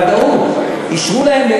בוודאות: אישרו להם,